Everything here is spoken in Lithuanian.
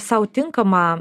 sau tinkamą